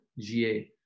GA